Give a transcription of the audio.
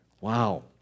Wow